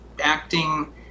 acting